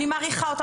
מעריכה אותה,